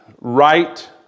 right